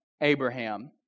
Abraham